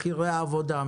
מחירי העבודה,